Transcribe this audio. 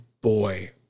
boy